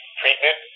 treatment